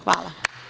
Hvala.